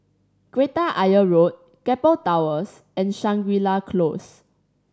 Kreta Ayer Road Keppel Towers and Shangri La Close